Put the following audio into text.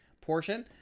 portion